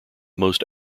most